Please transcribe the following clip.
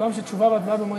סוכם שתשובה והצבעה במועד אחר.